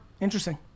Interesting